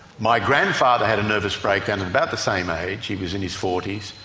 my grandfather had a nervous breakdown at about the same age, he was in his forty s,